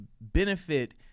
benefit